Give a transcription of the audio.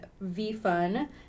V-Fun